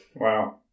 Wow